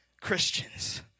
Christians